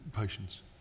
patience